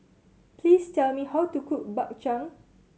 please tell me how to cook Bak Chang